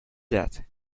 that